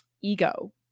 ego